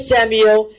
Samuel